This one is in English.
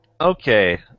Okay